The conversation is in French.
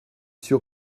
sûr